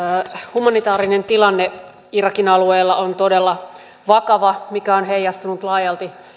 humanitaarinen tilanne irakin alueella on todella vakava mikä on heijastunut laajalti